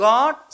God